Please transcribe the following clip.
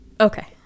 Okay